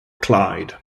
clyde